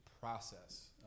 process